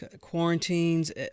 quarantines